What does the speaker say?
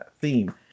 theme